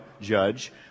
judge